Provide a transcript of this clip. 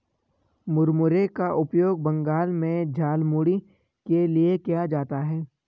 मुरमुरे का उपयोग बंगाल में झालमुड़ी के लिए किया जाता है